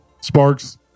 Sparks